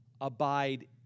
abide